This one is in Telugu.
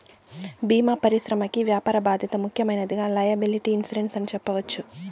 భీమా పరిశ్రమకి వ్యాపార బాధ్యత ముఖ్యమైనదిగా లైయబిలిటీ ఇన్సురెన్స్ ని చెప్పవచ్చు